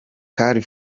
car